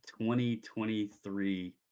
2023